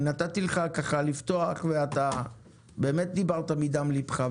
נתתי לך לפתוח ואתה דיברת מדם ליבך,